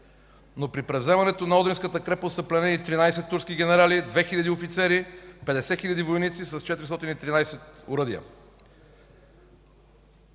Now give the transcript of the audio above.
Но при превземането на Одринската крепост са пленени 13 турски генерали, 2 хиляди офицери, 50 хиляди войници с 413 оръдия.